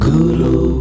Guru